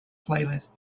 playlist